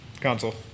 Console